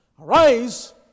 Arise